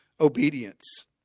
obedience